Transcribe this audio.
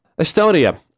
Estonia